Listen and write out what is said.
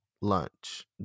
lunch